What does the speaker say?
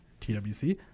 twc